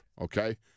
okay